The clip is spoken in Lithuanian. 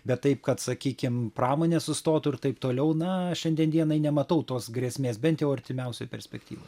bet taip kad sakykim pramonė sustotų ir taip toliau na šiandien dienai nematau tos grėsmės bent jau artimiausioj perspektyvoj